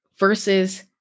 versus